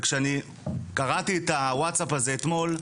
וכשאני קראתי את הווצאפ הזה אתמול,